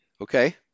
okay